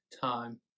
time